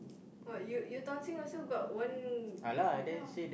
what you you dancing also got one